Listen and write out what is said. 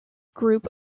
group